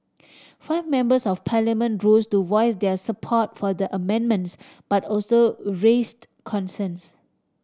five members of Parliament rose to voice their support for the amendments but also raised concerns